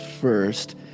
first